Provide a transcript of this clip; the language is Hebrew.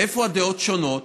איפה הדעות שונות?